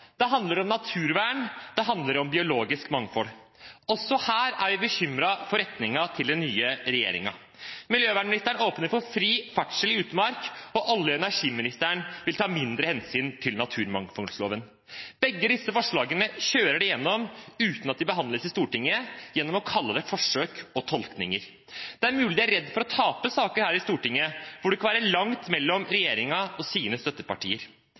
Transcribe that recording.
Det handler om naturvern og biologisk mangfold. Også her er vi bekymret for retningen til den nye regjeringen. Miljøvernministeren åpner for fri ferdsel i utmark, og olje- og energiministeren vil ta mindre hensyn til naturmangfoldloven. Begge disse forslagene kjører de igjennom uten at de behandles i Stortinget ved å kalle det forsøk og tolkninger. Det er mulig de er redd for å tape saker her i Stortinget, hvor det kan være langt mellom regjeringen og dens støttepartier.